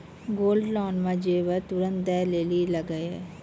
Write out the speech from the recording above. Gold loan मे जेबर तुरंत दै लेली लागेया?